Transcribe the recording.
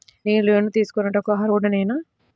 నేను లోన్ తీసుకొనుటకు అర్హుడనేన?